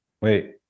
wait